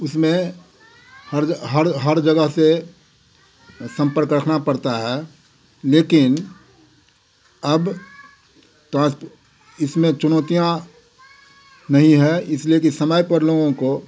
उसमें हर हर जगह से सम्पर्क रखना पड़ता है लेकिन अब टांसपो इसमें चुनौतियाँ नहीं है इसलिए कि समय पर लोगों को